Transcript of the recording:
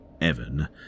evan